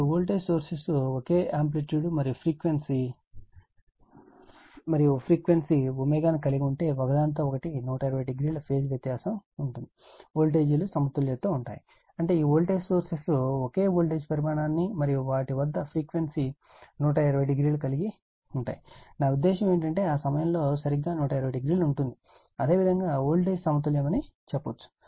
ఇప్పుడు voltage sources ఒకే amplitude మరియు ఫ్రీక్వెన్సీ కలిగి ఉంటే మరియు ఒకదానితో ఒకటి 120o ల ఫేజ్ వ్యత్యాసం ఉంటే వోల్టేజీలు సమతుల్యతలో ఉంటాయి అంటే ఈ వోల్టేజ్ సోర్సెస్ ఒకే వోల్టేజ్ పరిమాణాన్ని మరియు వాటి వద్ద ఫ్రీక్వెన్సీ 120o కలిగి ఉంటాయి నా ఉద్దేశ్యం ఏమిటంటే ఆ సమయంలో సరిగ్గా 120o ఉంది అదేవిధంగా వోల్టేజ్ సమతుల్యమని చెప్పవచ్చు